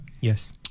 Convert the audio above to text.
Yes